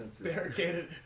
barricaded